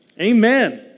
Amen